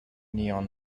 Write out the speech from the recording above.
neon